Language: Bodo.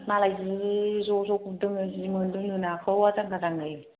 मालाय जि ज' ज' गुरदोंनो जि मोनो नो नाखौ आजां गाजांनो